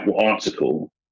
article